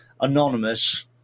anonymous